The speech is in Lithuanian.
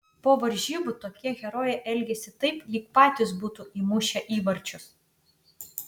po varžybų tokie herojai elgiasi taip lyg patys būtų įmušę įvarčius